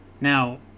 Now